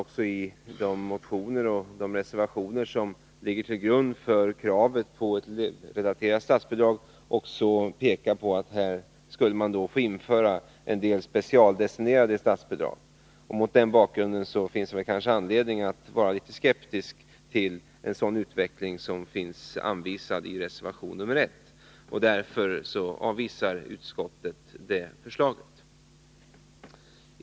I de motioner där kravet på ett elevrelaterat statsbidrag förs fram pekas det också på att man här skulle få införa en del specialdestinerade statsbidrag. Med hänsyn till detta finns det kanske anledning att vara litet skeptisk till en sådan utveckling som finns anvisad i reservation 1. Därför avvisar utskottet detta förslag.